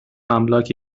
املاک